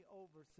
over